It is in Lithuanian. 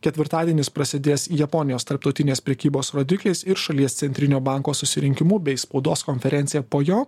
ketvirtadienis prasidės japonijos tarptautinės prekybos rodiklis ir šalies centrinio banko susirinkimu bei spaudos konferencija po jo